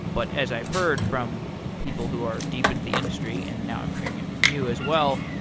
but as i've heard from people who are deep into the industry, and now i'm hearing it from you as well,